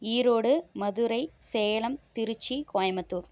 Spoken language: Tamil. ஈரோடு மதுரை சேலம் திருச்சி கோயம்புத்தூர்